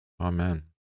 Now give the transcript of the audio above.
Amen